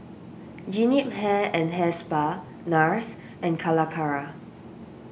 Jean Yip Hair and Hair Spa Nars and Calacara